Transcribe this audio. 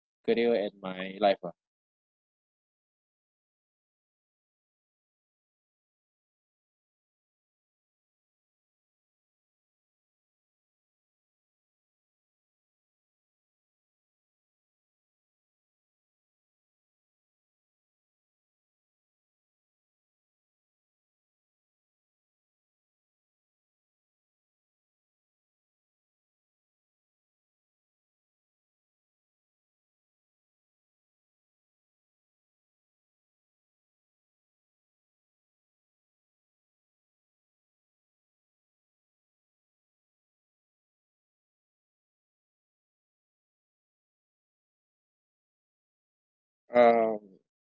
career and my life ah um